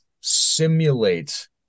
simulate